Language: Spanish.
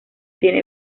tiene